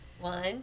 One